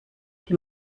die